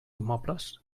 immobles